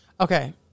okay